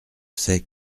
c’est